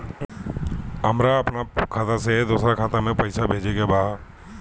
हमरा आपन खाता से दोसरा खाता में पइसा भेजे के बा